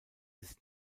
ist